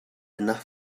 enough